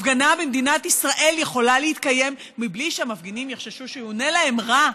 הפגנה במדינת ישראל יכולה להתקיים בלי שהמפגינים יחששו שיאונה להם רע.